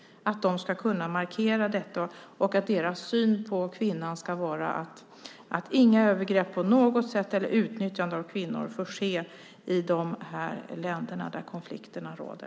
Soldaterna ska kunna markera detta, och deras syn på kvinnan ska vara att inga övergrepp eller utnyttjande av kvinnor på något sätt får ske i de länder där konflikterna råder.